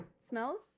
Smells